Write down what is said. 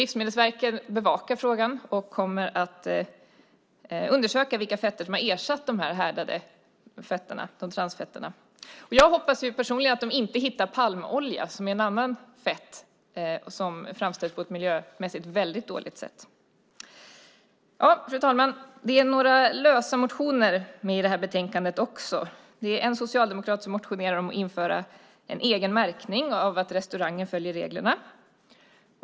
Livsmedelsverket bevakar frågan och kommer att undersöka vilka fetter som har ersatt de härdade transfetterna. Jag hoppas personligen att de inte hittar palmolja, som är ett annat fett som framställs på ett miljömässigt väldigt dåligt sätt. Fru talman! Det finns även några lösa motioner med i betänkandet. En socialdemokrat motionerar om att införa en egen märkning av att restauranger följer reglerna.